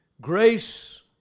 Grace